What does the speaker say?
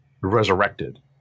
resurrected